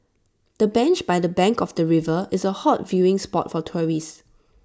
the bench by the bank of the river is A hot viewing spot for tourists